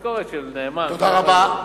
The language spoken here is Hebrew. תודה רבה,